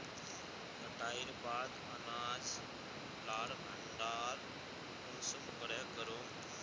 कटाईर बाद अनाज लार भण्डार कुंसम करे करूम?